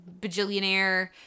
bajillionaire